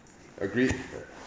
agree